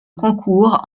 concours